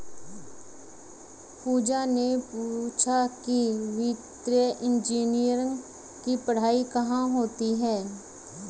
पूजा ने पूछा कि वित्तीय इंजीनियरिंग की पढ़ाई कहाँ होती है?